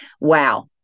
wow